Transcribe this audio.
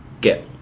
get